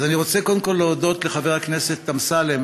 אז אני רוצה קודם כול להודות לחבר הכנסת אמסלם,